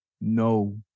No